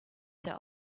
the